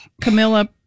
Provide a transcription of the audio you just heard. Camilla